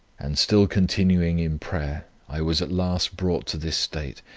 and still continuing in prayer, i was at last brought to this state,